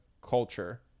culture